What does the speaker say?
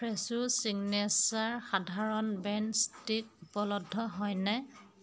ফ্ৰেছো signature সাধাৰণ brain stick উপলব্ধ নে